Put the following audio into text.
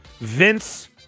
Vince